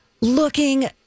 looking